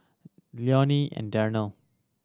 Leonie and Darnell